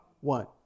One